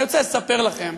אני רוצה לספר לכם